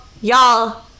y'all